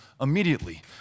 immediately